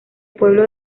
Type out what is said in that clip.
pueblo